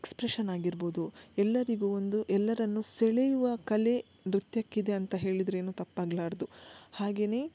expression ಆಗಿರ್ಬೋದು ಎಲ್ಲರಿಗೂ ಒಂದು ಎಲ್ಲರನ್ನು ಸೆಳೆಯುವ ಕಲೆ ನೃತ್ಯಕ್ಕಿದೆ ಅಂತ ಹೇಳಿದರೇನು ತಪ್ಪಾಗಲಾರ್ದು ಹಾಗೇ